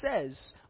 says